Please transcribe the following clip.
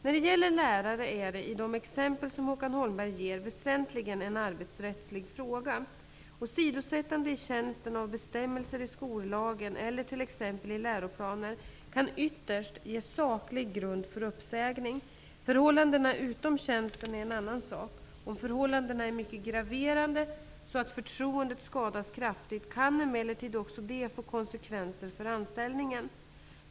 När det gäller lärare är det -- i de exempel som Håkan Holmberg ger -- väsentligen en arbetsrättslig fråga. Åsidosättande i tjänsten av bestämmelser i skollagen eller t.ex. i läroplaner kan ytterst ge saklig grund för uppsägning. Förhållanden utom tjänsten är en annan sak. Om förhållandena är mycket graverande så att förtroendet skadas kraftigt, kan emellertid också de få konsekvenser för anställningen.